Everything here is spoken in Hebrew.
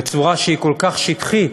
בצורה שהיא כל כך שטחית,